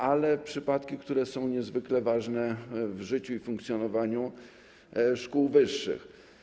Ale to przypadki, które są niezwykle ważne w życiu i funkcjonowaniu szkół wyższych.